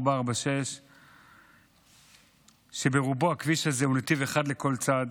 446. ברובו הכביש הזה הוא נתיב אחד לכל צד,